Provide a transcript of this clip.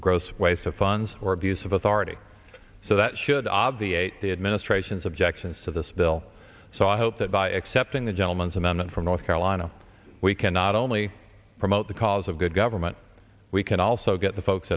gross waste of funds or abuse of authority so that should obviate the administration's objections to this bill so i hope that by accepting the gentleman's amount from north carolina we can not only promote the cause of good government we can also get the folks